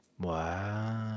wow